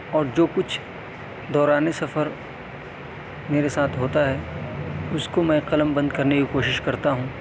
اور جو کچھ دوران سفر میرے ساتھ ہوتا ہے اس کو میں قلم بند کرنے کی کوشش کرتا ہوں